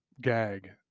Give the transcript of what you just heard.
gag